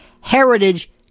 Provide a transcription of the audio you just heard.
heritage